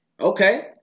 Okay